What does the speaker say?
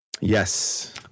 Yes